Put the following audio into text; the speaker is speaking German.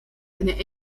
eine